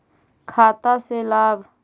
खाता से लाभ?